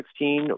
2016